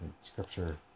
scripture